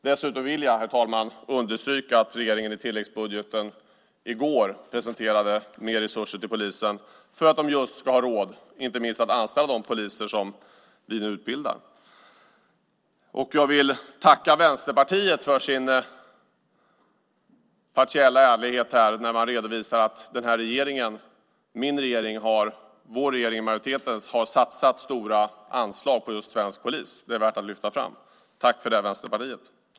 Dessutom vill jag understryka, herr talman, att regeringen i budgeten i går presenterade mer resurser till polisen, inte minst för att man just ska ha råd att anställa de poliser som nu utbildas. Jag vill tacka Vänsterpartiet för deras partiella ärlighet när de här redovisar att majoritetens regering har satsat stora anslag på just svensk polis. Det är värt att lyfta fram. Tack för det, Vänsterpartiet!